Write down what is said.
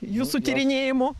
jūsų tyrinėjimų